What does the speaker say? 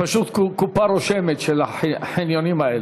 זאת פשוט קופה רושמת של החניונים האלה.